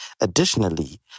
Additionally